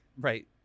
right